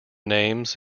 names